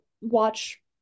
watch